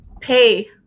pay